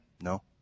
No